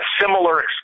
similar